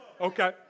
Okay